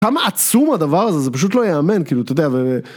כמה עצום הדבר הזה, זה פשוט לא ייאמן, כאילו, אתה יודע, ו...